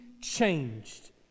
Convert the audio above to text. changed